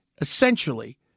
essentially